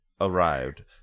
arrived